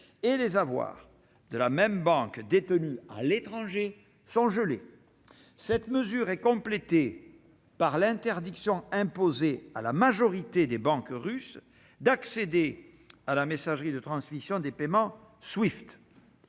et ses avoirs détenus à l'étranger sont gelés. Cette mesure est complétée par l'interdiction imposée à la majorité des banques russes d'accéder à la messagerie de transmission des paiements Swift.